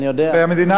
והמדינה,